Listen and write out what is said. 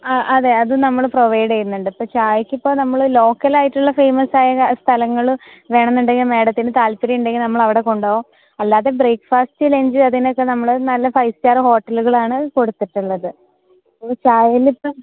ആ അതെ അത് നമ്മൾ പ്രൊവൈഡ് ചെയ്യുന്നുണ്ട് ഇപ്പോൾ ചായയ്ക്കിപ്പോൾ നമ്മൾ ലോക്കൽ ആയിട്ടുള്ള ഫേമസ് ആയ സ്ഥലങ്ങൾ വേണമെന്നുണ്ടെങ്കിൽ മാഡത്തിന് താൽപര്യമുണ്ടെങ്കിൽ നമ്മൾ അവിടെ കൊണ്ടുപോവും അല്ലാതെ ബ്രേക്ക്ഫാസ്റ്റ് ലഞ്ച് അതിനൊക്കെ നമ്മൾ നല്ല ഫൈവ് സ്റ്റാർ ഹോട്ടലുകളാണ് കൊടുത്തിട്ടുള്ളത് ഇത് ചായയിലിപ്പം